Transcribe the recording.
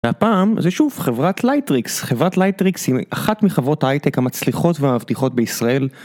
הפעם זה שוב חברת לייטריקס, חברת לייטריקס היא אחת מחברות ההייטק המצליחות והמבטיחות בישראל.